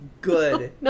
good